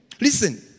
Listen